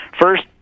first